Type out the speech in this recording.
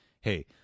hey